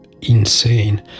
insane